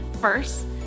First